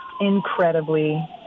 incredibly